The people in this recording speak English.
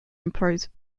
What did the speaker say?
impose